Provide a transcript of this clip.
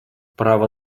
право